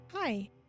Hi